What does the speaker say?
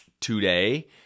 today